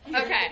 Okay